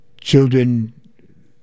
children